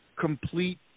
complete